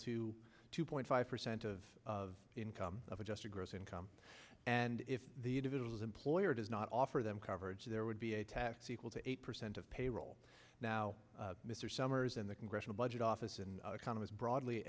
to two point five percent of of income of adjusted gross income and if the individuals employer does not offer them coverage there would be a tax equal to eight percent of payroll now mr summers in the congressional budget office and economists broadly